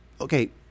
okay